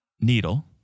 needle